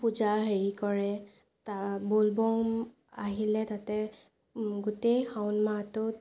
পূজা হেৰি কৰে তাৰ ব'ল বম আহিলে তাতে গোটেই শাওণ মাহটোত